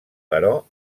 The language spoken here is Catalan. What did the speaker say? però